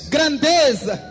Grandeza